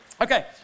Okay